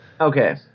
Okay